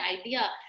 idea